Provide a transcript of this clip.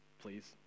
Please